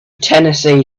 tennessee